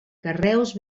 carreus